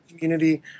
community